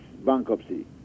bankruptcy